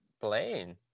playing